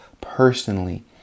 personally